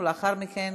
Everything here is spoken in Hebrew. ולאחר מכן